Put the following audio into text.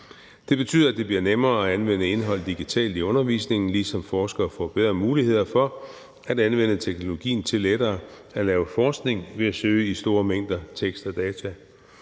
Det betyder, at det bliver nemmere at anvende indhold digitalt i undervisningen, ligesom forskere får bedre muligheder for at anvende teknologien til lettere at lave forskning ved at søge i store mængder tekst og data.